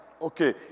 Okay